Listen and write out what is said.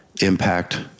impact